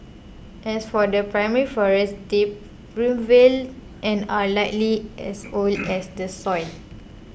as for the primary forest they primeval and are likely as old as the soil